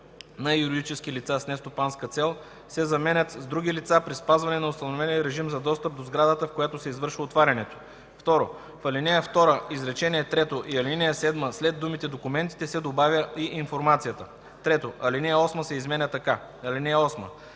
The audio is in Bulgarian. „на юридически лица с нестопанска цел” се заменят с „други лица при спазване на установения режим за достъп до сградата, в която се извършва отварянето”. 2. В ал. 5, изречение трето и ал. 7 след думата „документите” се добавя „и информацията”. 3. Алинея 8 се изменя така: „(8)